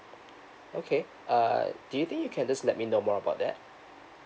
okay uh do you think you can just let me know more about that